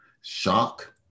shock